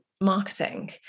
marketing